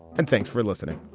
and thanks for listening